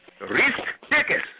Risk-takers